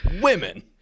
women